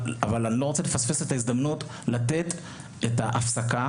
אבל אני לא רוצה לפספס את ההזדמנות לתת את ההפסקה